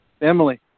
Emily